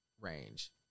range